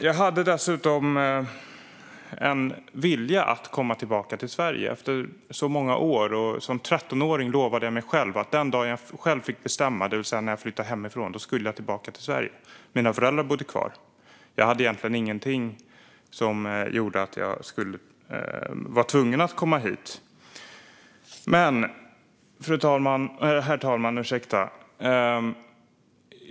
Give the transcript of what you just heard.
Jag hade dessutom en vilja att komma tillbaka till Sverige efter många år. Som 13-åring lovade jag mig själv att den dag jag själv fick bestämma, det vill säga när jag flyttade hemifrån, skulle jag tillbaka till Sverige. Mina föräldrar bodde kvar i USA. Jag hade egentligen ingenting som gjorde att jag var tvungen att komma hit. Herr talman!